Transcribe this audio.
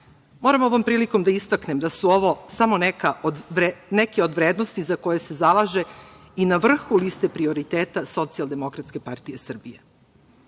Moram ovom prilikom da istaknem da su ovo samo neke od vrednosti za koje se zalaže i na vrhu liste prioriteta Socijaldemokratske partije Srbije.I